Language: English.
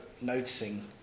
noticing